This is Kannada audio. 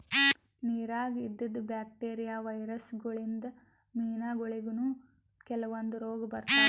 ನಿರಾಗ್ ಇದ್ದಿದ್ ಬ್ಯಾಕ್ಟೀರಿಯಾ, ವೈರಸ್ ಗೋಳಿನ್ದ್ ಮೀನಾಗೋಳಿಗನೂ ಕೆಲವಂದ್ ರೋಗ್ ಬರ್ತಾವ್